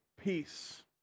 peace